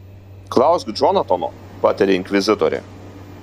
klausk džonatano patarė inkvizitorė